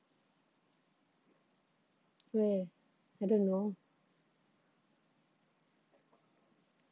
where I don't know